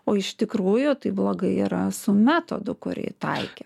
o iš tikrųjų tai blogai yra su metodu kurį taikė